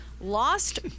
lost